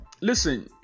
listen